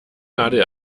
nadel